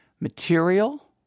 Material